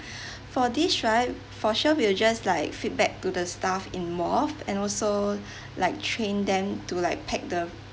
for this right for sure will just like feedback to the staff involved and also like train them to like pack the